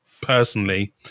personally